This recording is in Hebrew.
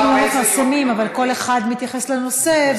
לעיתים לא מפרסמים אבל כל אחד מתייחס לנושא,